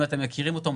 אם אתם מכירים אותו,